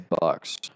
Bucks